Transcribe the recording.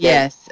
Yes